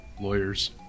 Lawyers